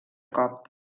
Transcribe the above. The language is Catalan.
cop